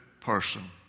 person